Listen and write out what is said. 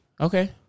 Okay